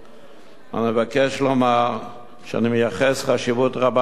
אני מבקש לומר שאני מייחס חשיבות רבה לנושא.